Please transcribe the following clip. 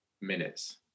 minutes